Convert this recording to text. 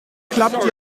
klappt